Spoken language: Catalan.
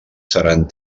seran